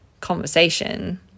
conversation